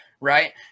right